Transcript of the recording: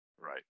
Right